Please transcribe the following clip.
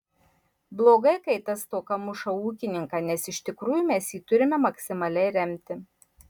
blogai kai ta stoka muša ūkininką nes iš tikrųjų mes jį turime maksimaliai remti